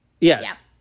Yes